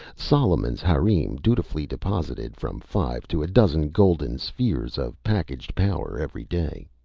solomon's harem dutifully deposited from five to a dozen golden spheres of packaged power every day.